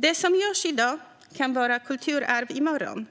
Det som görs i dag kan vara kulturarv i morgon.